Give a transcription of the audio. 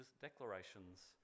declarations